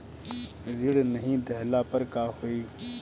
ऋण नही दहला पर का होइ?